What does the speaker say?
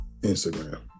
Instagram